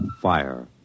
fire